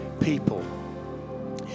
people